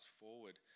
forward